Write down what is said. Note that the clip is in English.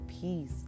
peace